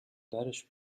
درش